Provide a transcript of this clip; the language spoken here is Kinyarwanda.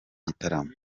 gitaramo